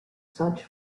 such